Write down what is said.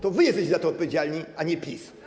To wy jesteście za to odpowiedzialni, a nie PiS.